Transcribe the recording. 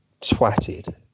twatted